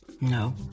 No